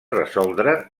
resoldre